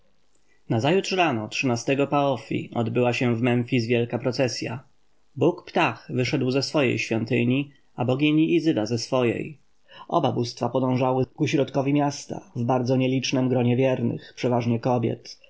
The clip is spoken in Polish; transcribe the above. nazajutrz rano trzynastego parchy odbyła się w memfis wielka procesja bóg ptah wyszedł ze swojej świątyni a bogini izyda ze swojej oba bóstwa podążały ku środkowi miasta w bardzo nielicznem gronie wiernych przeważnie kobiet